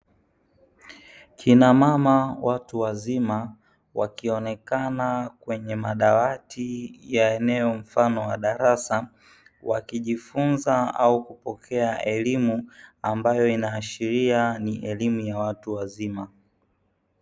Kina mama watu wazima wakionekana kwenye madawati ya eneo mfano wa darasa, wakijifunza au kupokea elimu ambayo inaashiria ni elimu ya watu wazima.